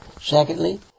Secondly